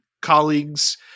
colleagues